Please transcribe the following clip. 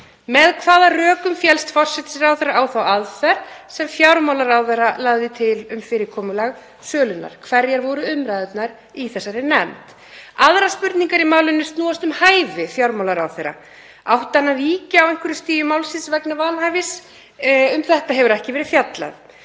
Með hvaða rökum féllst forsætisráðherra á þá aðferð sem fjármálaráðherra lagði til um fyrirkomulag sölunnar? Hverjar voru umræðurnar í þessari nefnd? Aðrar spurningar í málinu snúast um hæfi fjármálaráðherra. Átti hann að víkja á einhverju stigi málsins vegna vanhæfis? Um þetta hefur ekki verið fjallað.